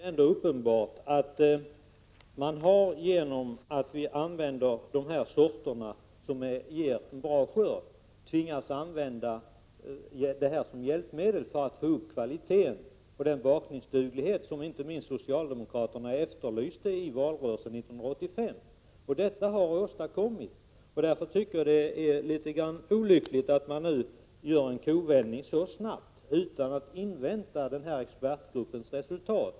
Herr talman! Det är ändå uppenbart att genom att vi använder dessa sorter som ger en bra skörd tvingas vi tillgripa stråförkortningsmedel som hjälp för att få upp kvaliteten, för att få den bakningsduglighet som inte minst socialdemokraterna efterlyste i valrörelsen 1985. Detta har alltså åstadkommits. Därför tycker jag att det är litet olyckligt att man nu gör en kovändning så snabbt, utan att invänta expertgruppens resultat.